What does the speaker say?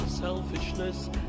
selfishness